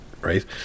right